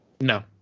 No